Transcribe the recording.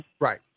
Right